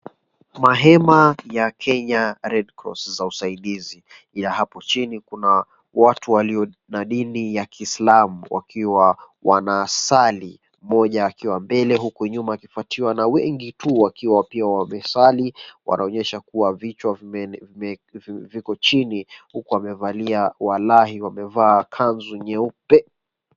Mahema ya Kenya Red Cross za usaidizi ya hapo chini kuna watu walio na dini ya kiislamu wakiwa wanasali. Mmoja akiwa mbele huku nyuma akipatiwa na wengi tu wakiwa pia wanasali wanaonyesha kuwa vichwa viko chini huku wamevalia walahi wamevaa kanzu nyeupe.